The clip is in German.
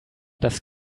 das